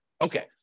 Okay